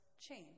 change